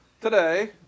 today